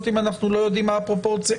אם אנחנו לא יודעים מה הפרופורציה?